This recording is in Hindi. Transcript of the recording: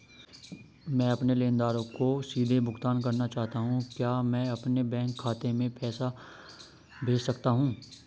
मैं अपने लेनदारों को सीधे भुगतान करना चाहता हूँ क्या मैं अपने बैंक खाते में पैसा भेज सकता हूँ?